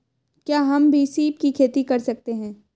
क्या हम भी सीप की खेती कर सकते हैं?